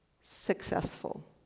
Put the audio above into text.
successful